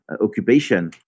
occupation